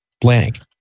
Blank